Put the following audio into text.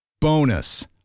Bonus